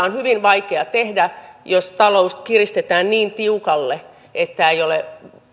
on hyvin vaikea tehdä jos talous kiristetään niin tiukalle että ei ole